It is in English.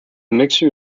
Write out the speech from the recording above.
mixture